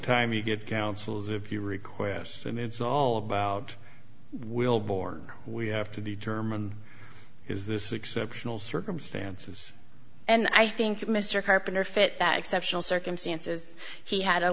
time you get counsels if you request and it's all about will born we have to determine is this exceptional circumstances and i think mr carpenter fit that exceptional circumstances he had a